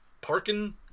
parking